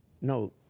no